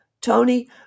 Tony